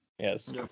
Yes